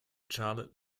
charlotte